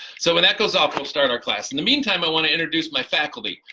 so when that goes off we'll start our class. in the meantime, i want to introduce my faculty.